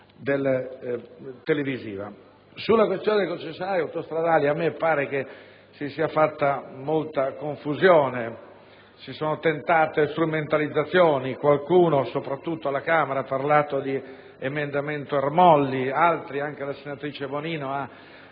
Sulla concessionarie autostradali a me pare che si sia fatta molta confusione: si sono tentate strumentalizzazioni, qualcuno (soprattutto alla Camera) ha parlato di "emendamento Ermolli", altri (anche la senatrice Bonino) ha fatto un retropensiero,